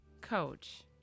Coach